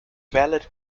valid